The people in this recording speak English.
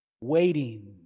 waiting